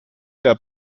der